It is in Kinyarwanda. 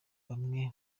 bamwe